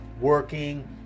working